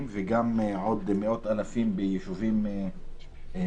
ועוד מאות אלפי אזרחים בישובים נוספים,